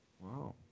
Wow